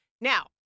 Now